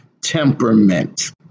temperament